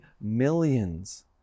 millions